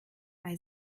bei